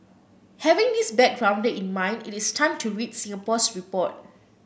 having this backgrounder in mind it is time to read Singapore's report